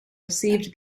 received